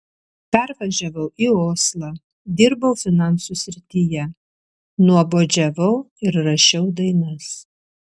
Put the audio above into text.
pervažiavau į oslą dirbau finansų srityje nuobodžiavau ir rašiau dainas